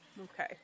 Okay